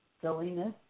silliness